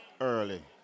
early